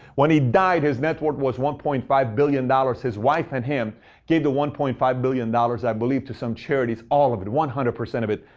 when he died, his net worth was one point five billion dollars. his wife and him gave the one point five billion dollars i believe to some charity, all of it, one hundred percent of it.